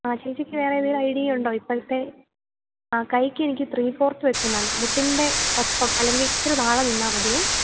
ആ ചേച്ചിക്ക് വേറെ ഏതെങ്കിലും ഐഡിയ ഉണ്ടോ ഇപ്പോഴത്തെ ആ കൈയ്ക്കെനിക്ക് ത്രീ ഫോർത്ത് വെയ്ക്കുന്നതാണ് മുട്ടിൻ്റെ ഒപ്പം അല്ലെങ്കില് ഇത്തിരി താഴെ നിന്നാല് മതി